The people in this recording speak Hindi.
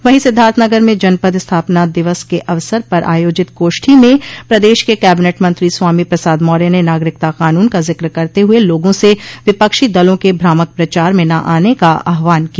वहीं सिद्धार्थनगर में जनपद स्थापना दिवस के अवसर पर आयोजित गोष्ठी में प्रदेश के कैबिनेट मंत्री स्वामी प्रसाद मौर्य ने नागरिकता कानून का जिक्र करते हुए लोगों से विपक्षी दलों के भ्रामक प्रचार में न आने का आहवान किया